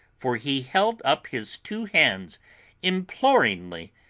for he held up his two hands imploringly,